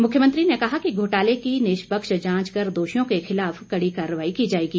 मुख्यमंत्री ने कहा कि घोटाले की निष्पक्ष जांच कर दोषियों के खिलाफ कड़ी कार्रवाई की जाएगी